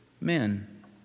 men